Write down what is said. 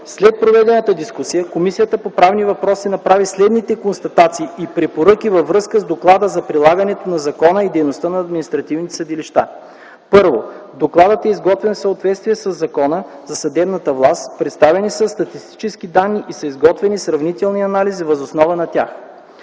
След проведената дискусия Комисията по правни въпроси направи следните констатации и препоръки във връзка с Доклада за прилагането на закона и дейността на административните съдилища: 1. Докладът е изготвен в съответствие със Закона за съдебната власт, представени са статистически данни и са изготвени сравнителни анализи въз основа на тях.